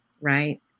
right